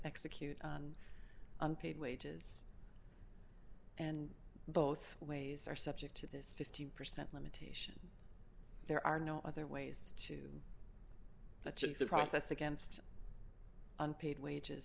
execute on unpaid wages and both ways are subject to this fifteen percent limitation there are no other ways to the chief process against unpaid wages